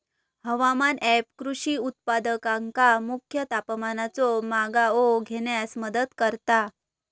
हवामान ऍप कृषी उत्पादकांका मुख्य तापमानाचो मागोवो घेण्यास मदत करता